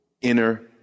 inner